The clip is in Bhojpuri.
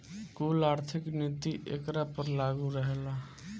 कुल आर्थिक नीति एकरा पर लागू रहेला